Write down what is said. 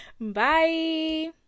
Bye